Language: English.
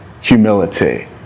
humility